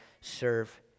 serve